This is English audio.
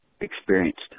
experienced